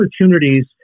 opportunities